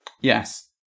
Yes